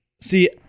See